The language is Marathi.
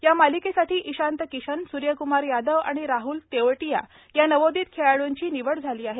या मालिकेसाठी इशांत किशन सूर्यक्मार यादव आणि राहल तेवटिया या नवोदित खेळाडूंची निवड झाली आहे